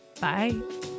Bye